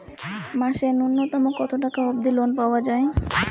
মাসে নূন্যতম কতো টাকা অব্দি লোন পাওয়া যায়?